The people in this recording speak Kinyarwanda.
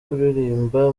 kuririmba